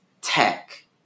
tech